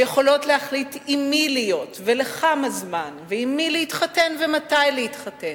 ויכולות להחליט עם מי להיות ולכמה זמן ועם מי להתחתן ומתי להתחתן.